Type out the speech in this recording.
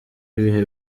ibihe